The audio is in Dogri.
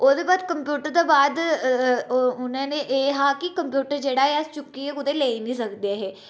ओह्दे बाद कम्प्यूटर दे बाद उनें न एह् हा कि कंप्यूटर जेह्ड़ा ऐ अस चुक्कियै कुतै लेई नी सकदे हे